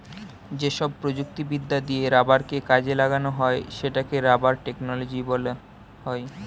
যেসব প্রযুক্তিবিদ্যা দিয়ে রাবারকে কাজে লাগানো হয় সেটাকে রাবার টেকনোলজি বলা হয়